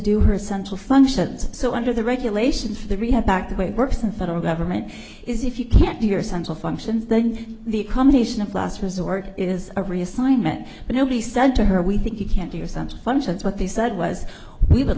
do her central functions so under the regulations for the rehab back the way it works in federal government is if you can't do your son's all functions then the accommodation of last resort is a reassignment but nobody said to her we think you can do your son's functions what they said was we would